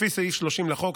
לפי סעיף 30 לחוק,